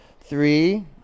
Three